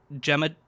Gemma